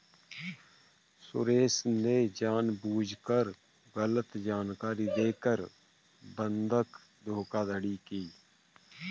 सुरेश ने जानबूझकर गलत जानकारी देकर बंधक धोखाधड़ी की